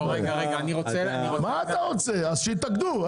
אז שיתאגדו.